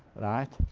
right?